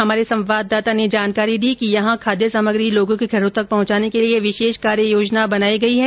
हमारे संवाददाता ने बताया कि यहां खाद्य सामग्री लोगों के घरों तक पहंचाने के लिए विशेष कार्य योजना बनाई गई है